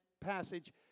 passage